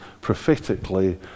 prophetically